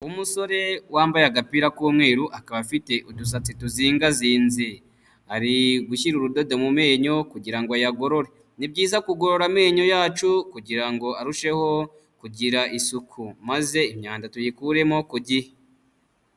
Umusore wambaye agapira k'umweru akaba afite udusatsi tuzingazinze, ari gushyira urudodo mu menyo kugira ngo ayagorore, ni byiza kugorora amenyo yacu kugira ngo arusheho kugira isuku maze imyanda tuyikuremo ku gihe.